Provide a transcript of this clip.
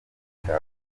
cya